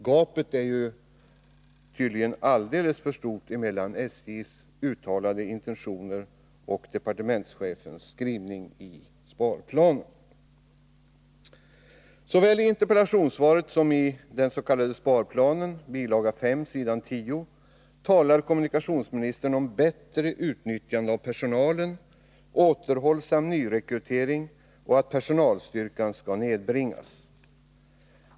Gapet är alldeles för stort mellan SJ:s uttalade intentioner och departementschefens skrivning i sparplanen. Såväli interpellationssvaret som i dens.k. sparplanen — bil. 5, s. 10—talar kommunikationsministern om bättre utnyttjande av personalen, återhållsam nyrekrytering och ett nedbringande av personalstyrkan.